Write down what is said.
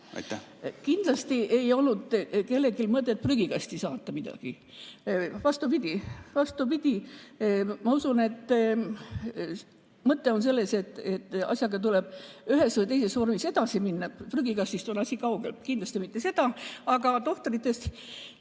Kindlasti ei olnud kellelgi mõtet prügikasti saata midagi. Vastupidi, ma usun, et mõte on selles, et asjaga tuleb ühes või teises vormis edasi minna. Prügikastist on asi kaugel, kindlasti mitte seda. Aga tohtritest,